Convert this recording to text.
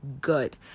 good